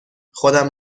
خودم